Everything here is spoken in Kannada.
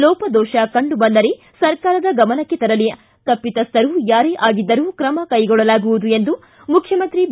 ಲೋಪದೋಷ ಕಂಡು ಬಂದರೆ ಸರ್ಕಾರದ ಗಮನಕ್ಕೆ ತರಲಿ ತಪ್ಪಿತಸ್ಥರು ಯಾರೇ ಆಗಿದ್ದರೂ ಕ್ರಮ ಕೈಗೊಳ್ಳಲಾಗುವುದು ಎಂದು ಮುಖ್ಯಮಂತ್ರಿ ಬಿ